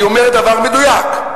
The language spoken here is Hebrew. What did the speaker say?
אני אומר דבר מדויק.